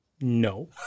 No